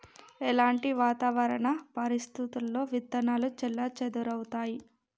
ఎలాంటి వాతావరణ పరిస్థితుల్లో విత్తనాలు చెల్లాచెదరవుతయీ?